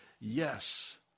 Yes